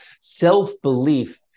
Self-belief